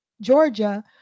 Georgia